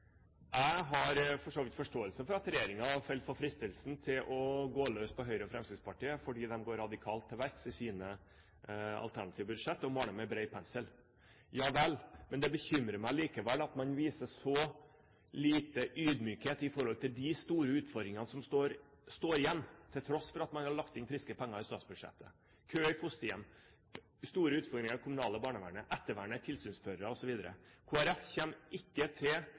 Jeg har for så vidt forståelse for at regjeringen har falt for fristelsen til å gå løs på Høyre og Fremskrittspartiet, for de går radikalt til verks i sine alternative budsjett og maler med bred pensel. Ja vel, men det bekymrer meg likevel at man viser så lite ydmykhet i forhold til de store utfordringene som står igjen, til tross for at man har lagt friske penger i statsbudsjettet – kø i fosterhjem, store utfordringer i det kommunale barnevernet, ettervernet, tilsynsførere, osv. Kristelig Folkeparti kommer ikke til